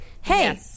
hey